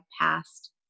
past